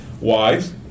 wives